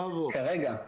כרגע,